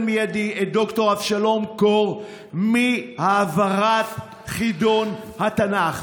מיידי את ד"ר אבשלום קור מהעברת חידון התנ"ך.